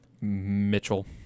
Mitchell